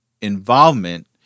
involvement